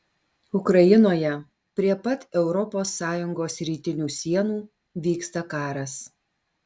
ukrainoje prie pat europos sąjungos rytinių sienų vyksta karas